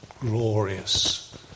Glorious